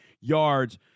yards